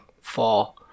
fall